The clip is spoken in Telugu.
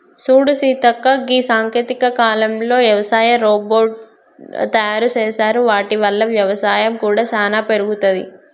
సూడు సీతక్క గీ సాంకేతిక కాలంలో యవసాయ రోబోట్ తయారు సేసారు వాటి వల్ల వ్యవసాయం కూడా సానా పెరుగుతది